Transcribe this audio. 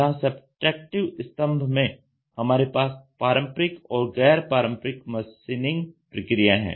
यहां सबट्रैक्टिव स्तंभ में हमारे पास पारंपरिक और गैर पारंपरिक मशीनिंग प्रक्रियाएं हैं